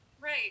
right